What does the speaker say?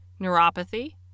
neuropathy